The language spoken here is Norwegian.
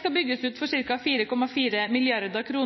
skal bygges ut for ca. 4,4 mrd. kr,